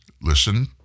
listen